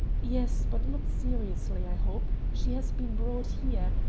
yes, but not seriously, i hope. she has been brought here.